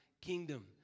kingdom